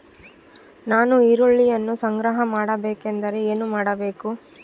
ನಾನು ಈರುಳ್ಳಿಯನ್ನು ಸಂಗ್ರಹ ಮಾಡಬೇಕೆಂದರೆ ಏನು ಮಾಡಬೇಕು?